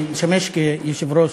אני משמש כסגן יושב-ראש,